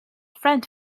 friend